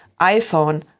iPhone